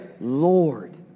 Lord